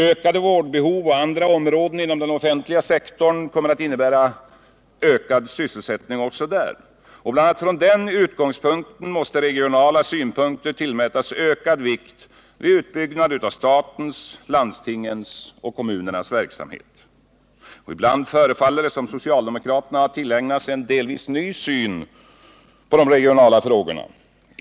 Ökade vårdbehov och höjda anspråk inom andra områden av den offentliga sektorn kommer att innebära ökad sysselsättning också där. Bl. a. från den utgångspunkten måste regionala aspekter tillmätas ökad vikt vid utbyggnad av statens, landstingens och kommunernas verksamhet. Ibland förefaller det som om socialdemokraterna har tillägnat sig en delvis ny syn på de regionala frågorna.